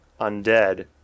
undead